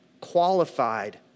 qualified